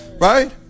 Right